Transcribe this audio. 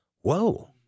whoa